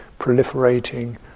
proliferating